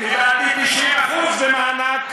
קיבלתי 90% במענק,